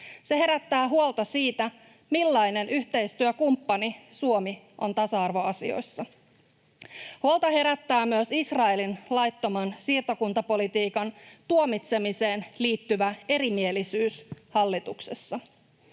Se herättää huolta siitä, millainen yhteistyökumppani Suomi on tasa-arvoasioissa. Huolta herättää myös Israelin laittoman siirtokuntapolitiikan tuomitsemiseen liittyvä erimielisyys hallituksessa.